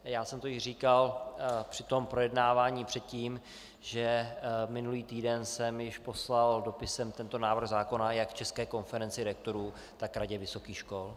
A já jsem již říkal při tom projednávání předtím, že minulý týden jsem již poslal dopisem tento návrh zákona jak České konferenci rektorů, tak Radě vysokých škol.